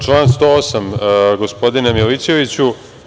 Član 108, gospodine Milićeviću.